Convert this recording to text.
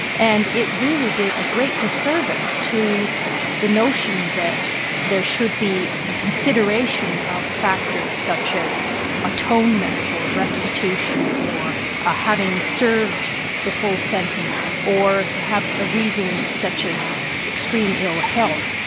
and it really did a great disservice to the notion that there should be a consideration of factors such as atonement or restitution or having served the full sentence, or to have a reason such as extreme ill-health.